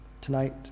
tonight